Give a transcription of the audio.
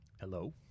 Hello